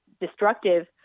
destructive